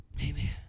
amen